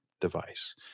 device